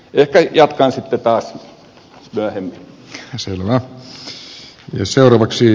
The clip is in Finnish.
ehkä jatkan sitten taas myöhemmin